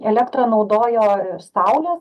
elektrą naudojo iš saulės